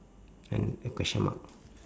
and a question mark